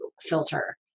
filter